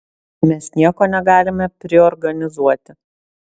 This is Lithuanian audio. mes nieko negalime priorganizuoti